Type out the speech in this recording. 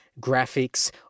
graphics